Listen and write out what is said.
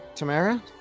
Tamara